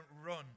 run